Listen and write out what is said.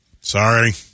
Sorry